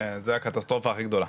זה הקטסטרופה הכי גדולה,